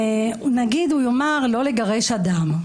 והוא יאמר לא לגרש אדם,